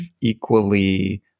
equally